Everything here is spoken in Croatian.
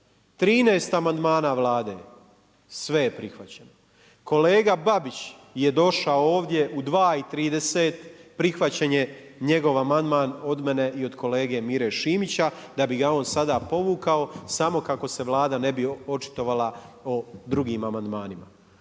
13 amandmana Vlade sve je prihvaćeno. Kolega Babić je došao ovdje u 2,30 prihvaća je njegov amandman od mene i od kolege Mire Šimića da bi ga on sada povukao samo kako se Vlada ne bi očitovala o drugim amandmanima.